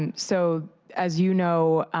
and so as you know,